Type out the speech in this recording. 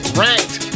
ranked